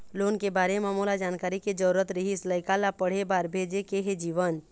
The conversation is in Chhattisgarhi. लोन के बारे म मोला जानकारी के जरूरत रीहिस, लइका ला पढ़े बार भेजे के हे जीवन